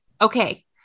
Okay